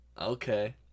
okay